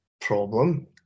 problem